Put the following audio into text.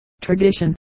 Tradition